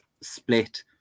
split